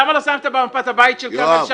למה לא שמת במפה את הבית של כרמל שאמה?